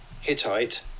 Hittite